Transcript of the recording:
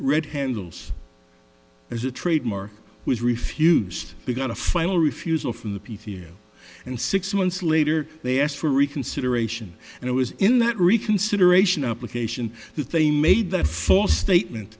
red handles as a trademark was refused to get a final refusal from the piece here and six months later they asked for reconsideration and it was in that reconsideration application that they made the false statement